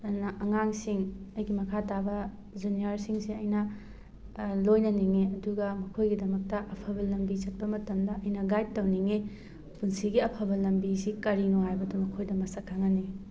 ꯑꯉꯥꯡꯁꯤꯡ ꯑꯩꯒꯤ ꯃꯈꯥ ꯇꯥꯕ ꯖꯨꯅꯤꯌꯥꯔꯁꯤꯡꯁꯦ ꯑꯩꯅ ꯂꯣꯏꯅꯅꯤꯡꯉꯤ ꯑꯗꯨꯒ ꯃꯈꯣꯏꯒꯤꯗꯃꯛꯇ ꯑꯐꯕ ꯂꯝꯕꯤ ꯆꯠꯄ ꯃꯇꯝꯗ ꯑꯩꯅ ꯒꯥꯏꯠ ꯇꯧꯅꯤꯡꯉꯤ ꯄꯨꯟꯁꯤꯒꯤ ꯑꯐꯕ ꯂꯝꯕꯤꯁꯤ ꯀꯔꯤꯅꯣ ꯍꯥꯏꯕꯗꯨ ꯃꯈꯣꯏꯗ ꯃꯁꯛ ꯈꯪꯍꯟꯅꯤꯡꯉꯤ